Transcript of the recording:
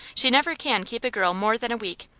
she never can keep a girl more than a week,